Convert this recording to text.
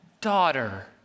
daughter